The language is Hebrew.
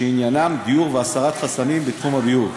שעניינם דיור והסרת חסמים בתחום הביוב,